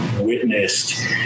witnessed